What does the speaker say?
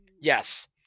Yes